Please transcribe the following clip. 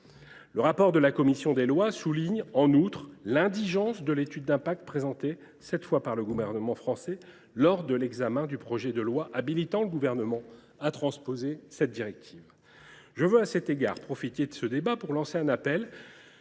Le rapport de la commission des lois souligne en outre l’indigence de l’étude d’impact présentée cette fois par le gouvernement français lors de l’examen du projet de loi habilitant le Gouvernement à transposer cette directive. Je veux à cet égard profiter de ce débat pour lancer un appel